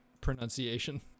pronunciation